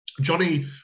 Johnny